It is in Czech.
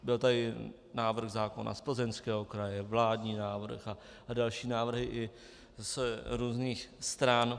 Byl tady návrh zákona z Plzeňského kraje, vládní návrh a další návrhy i z různých stran.